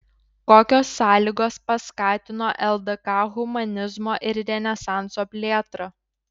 kokios sąlygos paskatino ldk humanizmo ir renesanso plėtrą